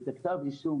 עדיין אין כתב אישום.